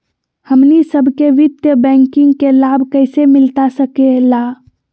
हमनी सबके वित्तीय बैंकिंग के लाभ कैसे मिलता सके ला?